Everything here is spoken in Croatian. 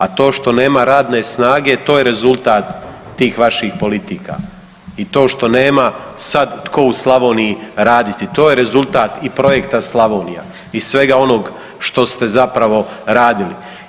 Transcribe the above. A to što nema radne snage, to je rezultat tih vaših politika i to što nema sad tko u Slavoniji raditi, to je rezultat i projekta Slavonija i svega onoga što ste zapravo radili.